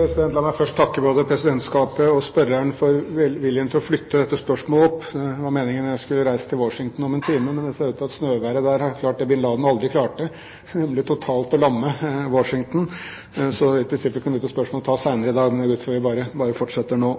La meg først takke både presidentskapet og spørreren for velviljen til å flytte dette spørsmålet fram. Det var meningen jeg skulle reist til Washington om en time, men det ser ut til at snøværet der har klart det bin Laden aldri klarte, nemlig totalt å lamme Washington. Så i prinsippet kunne dette spørsmålet tas senere i dag, men jeg går ut fra at vi bare fortsetter nå.